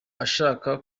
ashaka